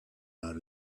out